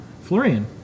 Florian